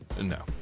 No